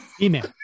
email